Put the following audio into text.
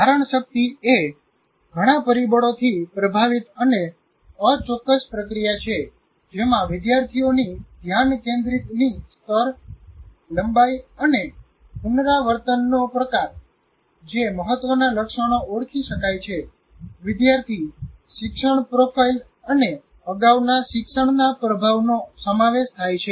ધારણશક્તિ એ ઘણા પરિબળોથી પ્રભાવિત એક અચોક્કસ પ્રક્રિયા છે જેમાં વિદ્યાર્થીઓની ધ્યાનકેન્દ્રિતની સ્તર લંબાઈ અને પુનરાવર્તનનો પ્રકાર જે મહત્વના લક્ષણો ઓળખી શકાય છે વિદ્યાર્થી શિક્ષણ પ્રોફાઇલ અને અગાઉના શિક્ષણના પ્રભાવનો સમાવેશ થાય છે